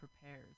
prepares